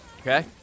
Okay